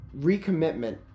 recommitment